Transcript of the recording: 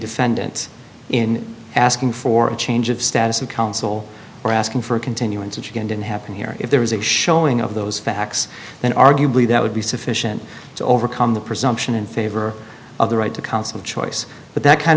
defendant in asking for a change of status of counsel or asking for a continuance which again didn't happen here if there was a showing of those facts then arguably that would be sufficient to overcome the presumption in favor of the right to counsel choice but that kind